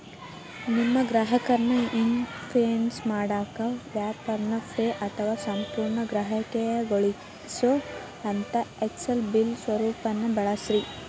ನಿಮ್ಮ ಗ್ರಾಹಕರ್ನ ಇನ್ವಾಯ್ಸ್ ಮಾಡಾಕ ವ್ಯಾಪಾರ್ನ ಫ್ರೇ ಮತ್ತು ಸಂಪೂರ್ಣ ಗ್ರಾಹಕೇಯಗೊಳಿಸೊಅಂತಾ ಎಕ್ಸೆಲ್ ಬಿಲ್ ಸ್ವರೂಪಾನ ಬಳಸ್ರಿ